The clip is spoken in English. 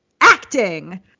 acting